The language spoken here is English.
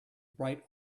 bright